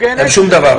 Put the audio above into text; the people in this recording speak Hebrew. הם שום דבר".